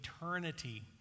eternity